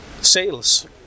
sales